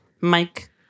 Mike